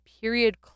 period